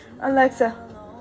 Alexa